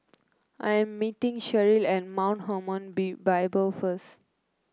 I'm meeting Sherrill at Mount Hermon Be Bible first